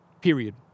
Period